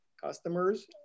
customers